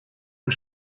und